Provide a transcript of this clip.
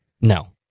No